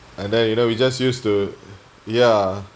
and then you know we just used to ya